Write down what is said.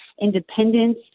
independence